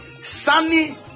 Sunny